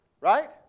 right